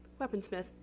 weaponsmith